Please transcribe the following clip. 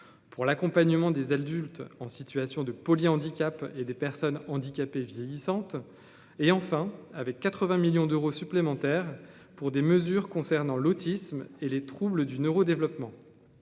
pour l'accompagnement des adultes en situation de polyhandicap et des personnes handicapées vieillissantes et enfin, avec 80 millions d'euros supplémentaires pour des mesures concernant l'autisme et les troubles du neuro-développement